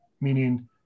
meaning